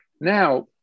Now